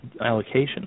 allocation